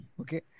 Okay